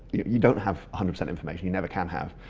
you don't have hundred percent information, you never can have.